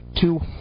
two